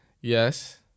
yes